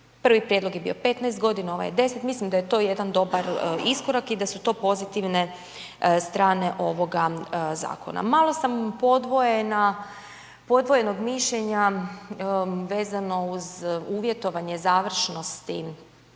Prvi prijedlog je bio 15 godina, ovaj je 10, mislim da je to jedan dobar iskorak i da su to pozitivne strane ovoga zakona. Malo sam podvojenog mišljenja vezano uz uvjetovanje završnosti